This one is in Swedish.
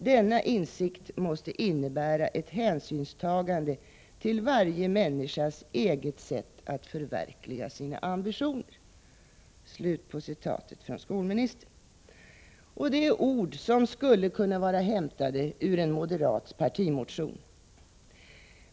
Denna insikt måste innebära ett hänsynstagande till varje människas eget sätt att söka förverkliga sina ambitioner.” Det är ord som skulle kunna vara hämtade ur en moderat partimotion.